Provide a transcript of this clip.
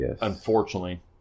unfortunately